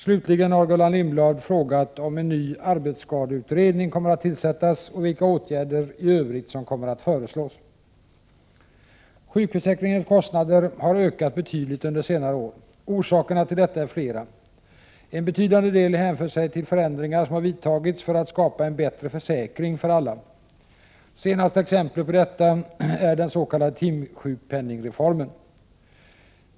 Slutligen har Gullan Lindblad frågat om en ny arbetsskadeutredning kommer att tillsättas och vilka åtgärder i övrigt som kommer att föreslås. Sjukförsäkringens kostnader har ökat betydligt under senare år. Orsakerna till detta är flera. En betydande del hänför sig till förändringar som har vidtagits för att skapa en bättre försäkring för alla. Senaste exemplet på detta är den s.k. timsjukpenningreformen.